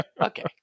Okay